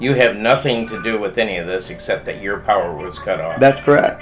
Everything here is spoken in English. ou have nothing to do with any of this except that your power was cut off that's correct